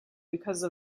because